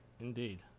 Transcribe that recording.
indeed